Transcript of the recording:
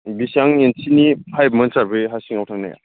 बेसेबां इन्सिनि पाइपमोन सार बे हा सिङाव थांनाया